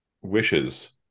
Wishes